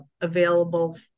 available